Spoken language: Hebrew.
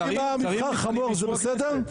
אם העם יבחר חמור זה בסדר?